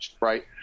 right